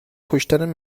کشتن